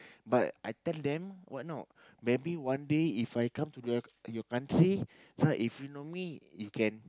but I tell them what not maybe one day If I come to your your country right if you know me you can